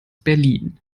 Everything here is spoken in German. berlin